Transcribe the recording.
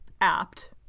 apt